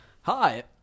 Hi